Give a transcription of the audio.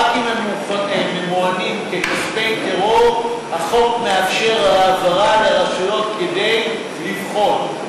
רק אם הם ממוענים ככספי טרור החוק מאפשר העברה לרשויות כדי לבחון.